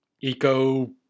eco